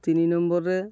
ନମ୍ବର୍ରେ